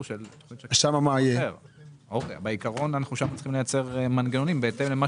שם אנחנו צריכים לייצר מנגנונים בהתאם למה